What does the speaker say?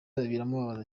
biramubabaza